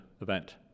event